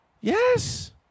Yes